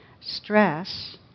stress